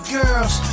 girls